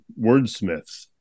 wordsmiths